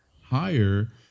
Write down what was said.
higher